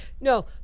No